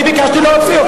בסיבוב השני תחזור.